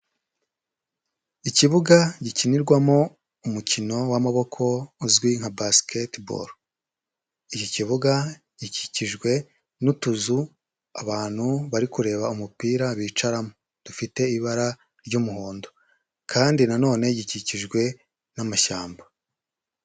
Ikibuga gikinirwamo umukino w'amaboko uzwi nka basketball, iki kibuga gikikijwe n'utuzu abantu bari kureba umupira bicaramo dufite ibara ry'umuhondo kandi na none gikikijwe n'amashyamba.